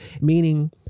meaning